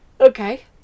Okay